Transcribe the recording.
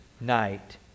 night